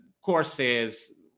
courses